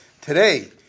today